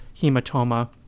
hematoma